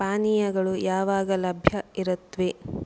ಪಾನೀಯಗಳು ಯಾವಾಗ ಲಭ್ಯ ಇರುತ್ವೆ